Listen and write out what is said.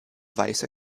weiße